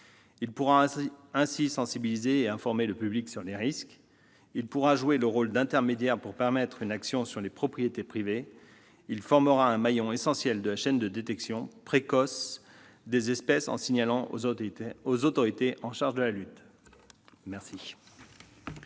Il pourra ainsi sensibiliser et informer le public sur les risques. Il pourra jouer le rôle d'intermédiaire pour permettre une action sur les propriétés privées. Il formera un maillon essentiel de la chaîne de détection précoce des espèces, en opérant un signalement aux autorités chargées de la lutte. La